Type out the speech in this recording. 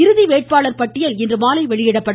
இறுதி வேட்பாளர் பட்டியல் இன்றுமாலை வெளியிடப்படும்